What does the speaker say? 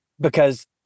Because-